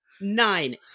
Nine